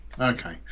Okay